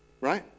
Right